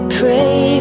pray